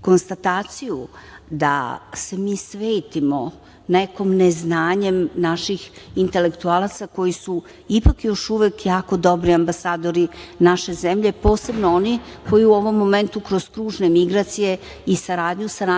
konstataciju da se mi svetimo nekom neznanjem naših intelektualaca koji su ipak još uvek jako dobri ambasadori naše zemlje, posebno oni koji u ovom momentu kroz kružne migracije i saradnju sa našim